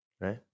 Right